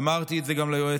אמרתי את זה גם ליועצת.